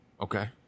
Okay